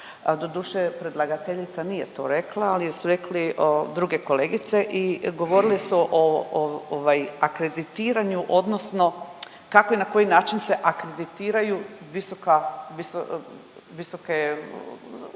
doduše predlagateljica nije to rekla, ali su rekli druge kolegice i govorile su o, o ovaj akreditiranju odnosno kako i na koji način se akreditiraju visoka, visoke,